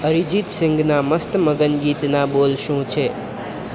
અરિજીત સિંઘના મસ્ત મગન ગીતનાં બોલ શું છે